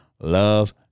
love